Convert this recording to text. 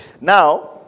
Now